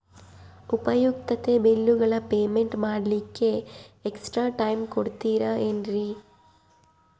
ಉಪಯುಕ್ತತೆ ಬಿಲ್ಲುಗಳ ಪೇಮೆಂಟ್ ಮಾಡ್ಲಿಕ್ಕೆ ಎಕ್ಸ್ಟ್ರಾ ಟೈಮ್ ಕೊಡ್ತೇರಾ ಏನ್ರಿ?